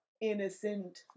innocent